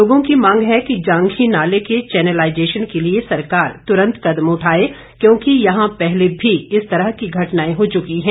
लोगों की मांग है कि जांधी नाले के चैनलाईजेशन के लिए सरकार तुरंत कदम उठाए क्योंकि यहां पहले भी इस तरह की घटनाएं हो चुकी है